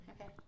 Okay